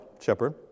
shepherd